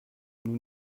nous